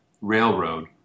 railroad